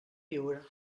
viure